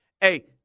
Hey